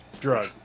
drug